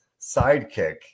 sidekick